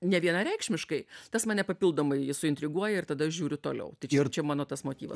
nevienareikšmiškai tas mane papildomai suintriguoja ir tada aš žiūriu toliau tai čia mano tas motyvas